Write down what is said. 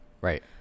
right